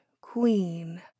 queen